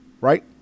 right